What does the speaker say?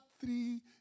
three